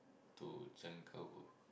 to Changi cargo